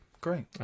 great